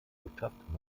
botschaft